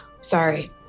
sorry